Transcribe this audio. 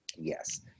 yes